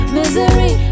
misery